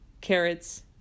carrots